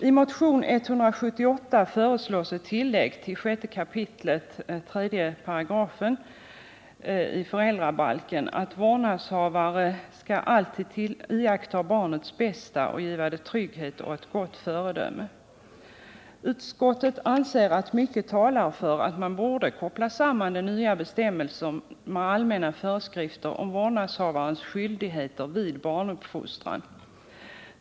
I motionen 178 föreslås ett tillägg till 6 kap. 3 § i föräldrabalken: Vårdnadshavare skall alltid iakttaga barnets bästa och giva det trygghet och ett gott föredöme. Utskottet anser att mycket talar för att man borde koppla samman bestämmelsen med allmänna föreskrifter om vårdnadshavarens skyldigheter vid barnuppfostran.